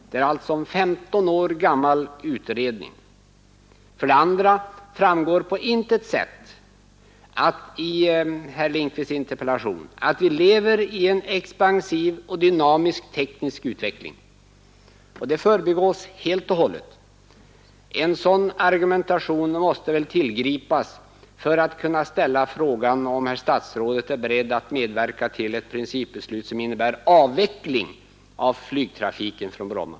Det är alltså en 15 år gammal utredning. För det andra framgår på intet sätt av herr Lindkvists interpellation att vi lever i en expansiv och dynamisk teknisk utveckling; det förbigås helt och hållet. En sådan argumentation måste väl tillgripas för att man skall kunna ställa frågan om herr statsrådet är beredd att medverka till ett principbeslut som innebär en avveckling av flygtrafiken på Bromma.